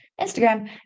Instagram